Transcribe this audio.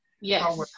Yes